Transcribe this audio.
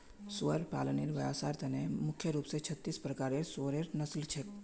सुअर पालनेर व्यवसायर त न मुख्य रूप स छत्तीस प्रकारेर सुअरेर नस्ल छेक